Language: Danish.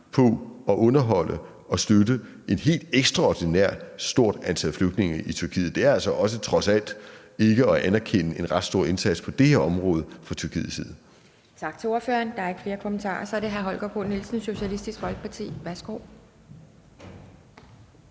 på at underholde og støtte et helt ekstraordinært stort antal flygtninge i Tyrkiet, er trods alt også ikke at anerkende en ret stor indsats fra Tyrkiets side på det her område. Kl. 14:05 Formanden (Pia Kjærsgaard): Tak til ordføreren. Der er ikke flere kommentarer. Så er det hr. Holger K. Nielsen, Socialistisk Folkeparti. Værsgo.